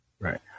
Right